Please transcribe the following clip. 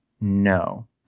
No